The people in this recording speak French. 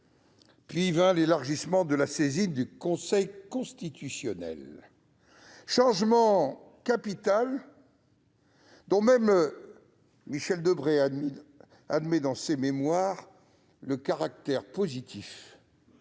Puis vient l'élargissement de la saisine du Conseil constitutionnel, changement capital, dont même Michel Debré admet, dans ses, le caractère positif